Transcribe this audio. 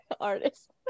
artist